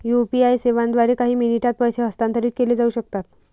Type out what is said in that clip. UPI सेवांद्वारे काही मिनिटांत पैसे हस्तांतरित केले जाऊ शकतात